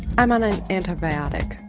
i'm on an antibiotic,